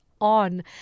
On